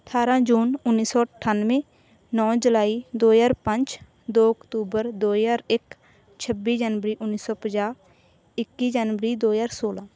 ਅਠਾਰਾਂ ਜੂਨ ਉੱਨੀ ਸੌ ਅਠਾਨਵੇਂ ਨੌਂ ਜੁਲਾਈ ਦੋ ਹਜ਼ਾਰ ਪੰਜ ਦੋ ਅਕਤੂਬਰ ਦੋ ਹਜ਼ਾਰ ਇੱਕ ਛੱਬੀ ਜਨਵਰੀ ਉੱਨੀ ਸੌ ਪੰਜਾਹ ਇੱਕੀ ਜਨਵਰੀ ਦੋ ਹਜ਼ਾਰ ਸੌਲਾਂ